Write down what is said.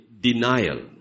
denial